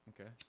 Okay